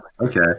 Okay